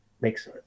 makes